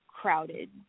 crowded